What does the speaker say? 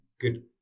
good